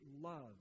love